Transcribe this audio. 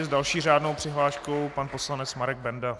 S další řádnou přihláškou pan poslanec Marek Benda.